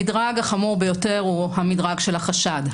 המדרג החמור ביותר הוא של החשד.